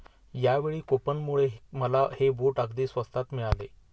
यावेळी कूपनमुळे मला हे बूट अगदी स्वस्तात मिळाले